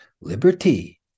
liberty